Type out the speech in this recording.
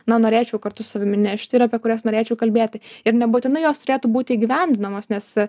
na norėčiau kartu su savimi nešti ir apie kurias norėčiau kalbėti ir nebūtinai jos turėtų būti įgyvendinamos nes